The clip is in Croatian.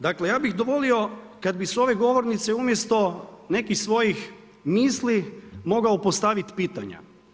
Dakle ja bih volio kad bi s ove govornice umjesto nekih svojih misli mogao postaviti pitanja.